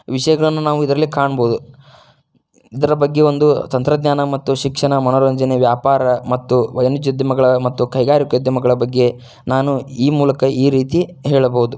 ವಿಷಯಗಳನ್ನು ನಾವು ಇದರಲ್ಲಿ ಕಾಣಬೋದು ಇದರ ಬಗ್ಗೆ ಒಂದು ತಂತ್ರಜ್ಞಾನ ಮತ್ತು ಶಿಕ್ಷಣ ಮನೋರಂಜನೆ ವ್ಯಾಪಾರ ಮತ್ತು ವಾಣಿಜ್ಯೋದ್ಯಮಗಳ ಮತ್ತು ಕೈಗಾರಿಕೋದ್ಯಮಗಳ ಬಗ್ಗೆ ನಾನು ಈ ಮೂಲಕ ಈ ರೀತಿ ಹೇಳಬೋದು